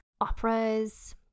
operas